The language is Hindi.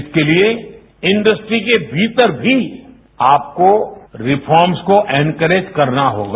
इसके लिए इंडस्ट्री के भीतर भी आपको रिर्फोम्स को एनकैरेज करना होगा